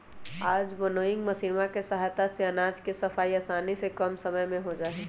आज विन्नोइंग मशीनवा के सहायता से अनाज के सफाई आसानी से कम समय में हो जाहई